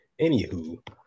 anywho